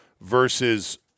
versus